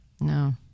No